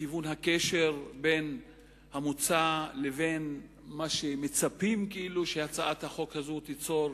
מכיוון הקשר בין המוצע לבין מה שמצפים כאילו שהצעת החוק הזו תיצור,